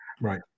Right